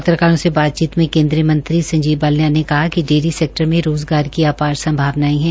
पत्रकारों से बातचीत में कोन्द्रीय मंत्री संजीव बाल्यान ने कहा कि डेयरी सेक्टर में रोजगार की अपार संभावनाएं हैं